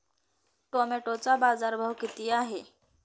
टोमॅटोचा बाजारभाव किती आहे?